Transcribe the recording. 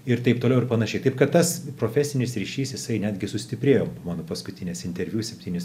ir taip toliau ir panašiai kaip kad tas profesinis ryšys jisai netgi sustiprėjo mano paskutinės interviu septynis